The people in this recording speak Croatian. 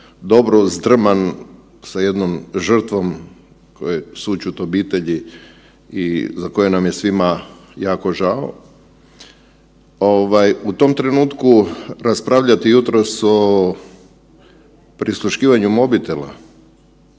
dobro zdrman sa jednom žrtvom, sućut obitelji i za koje nam je svima jako žao, ovaj u tom trenutku raspravljati jutros o prisluškivanju mobitela,